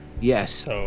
Yes